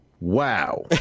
Wow